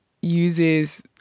uses